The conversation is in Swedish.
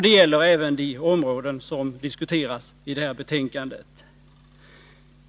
Det gäller även de områden som diskuteras i det nu aktuella betänkandet.